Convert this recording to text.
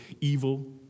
evil